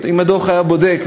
אם הדוח היה בודק,